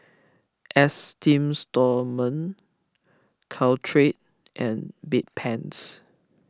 Esteem Stoma Caltrate and Bedpans